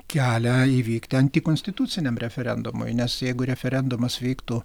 kelią įvykti antikonstituciniam referendumui nes jeigu referendumas vyktų